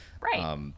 right